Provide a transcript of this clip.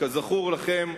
כזכור לכם,